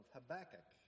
Habakkuk